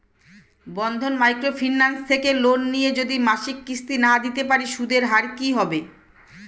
বন্ধন micro finance থেকে loan নিয়ে যদি মাসিক কিস্তি না দিতে পারি সুদের হার কি হবে?